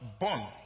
born